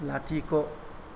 लाथिख'